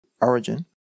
Origin